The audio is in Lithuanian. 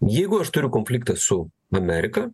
jeigu aš turiu konfliktą su amerika